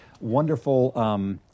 wonderful